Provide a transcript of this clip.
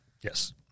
Yes